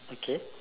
okay